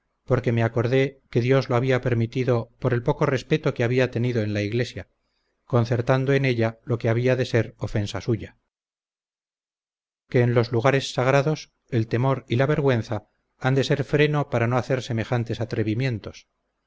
porque me acordé que dios lo había permitido por el poco respeto que había tenido en la iglesia concertando en ella lo que había de ser ofensa suya que en los lugares sagrados el temor y la vergüenza han de ser freno para no hacer semejantes atrevimientos